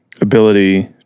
ability